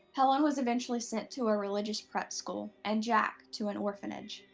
helen was eventually sent to a religious prep school and jack to an orphanage.